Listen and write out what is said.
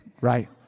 right